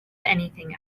anything